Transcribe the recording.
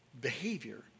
behavior